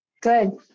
Good